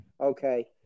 Okay